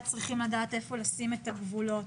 צריכים לדעת היכן לשים את הגבולות.